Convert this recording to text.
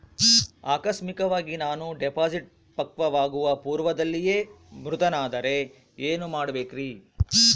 ಆಕಸ್ಮಿಕವಾಗಿ ನಾನು ಡಿಪಾಸಿಟ್ ಪಕ್ವವಾಗುವ ಪೂರ್ವದಲ್ಲಿಯೇ ಮೃತನಾದರೆ ಏನು ಮಾಡಬೇಕ್ರಿ?